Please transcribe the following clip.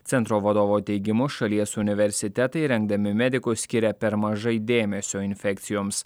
centro vadovo teigimu šalies universitetai rengdami medikus skiria per mažai dėmesio infekcijoms